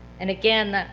and again,